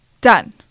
Done